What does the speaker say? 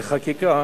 לחקיקה